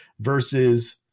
versus